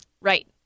Right